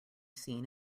seen